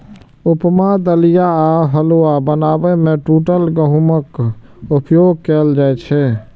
उपमा, दलिया आ हलुआ बनाबै मे टूटल गहूमक उपयोग कैल जाइ छै